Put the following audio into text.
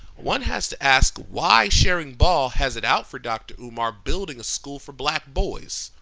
one has to ask why charing ball has it out for dr. umar building a school for black boys.